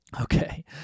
okay